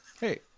Hey